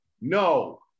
no